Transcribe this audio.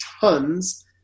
tons